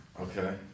Okay